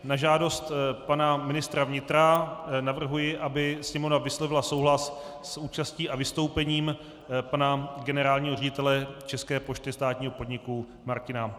Na žádost pana ministra vnitra navrhuji, aby Sněmovna vyslovila souhlas s účastí a vystoupením pana generálního ředitele České pošty státního podniku Martina Elkána.